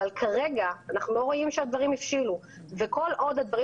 אבל כרגע אנחנו לא רואים שהדברים הבשילו וכל עוד הדברים